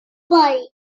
poll